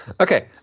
okay